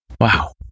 Wow